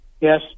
Yes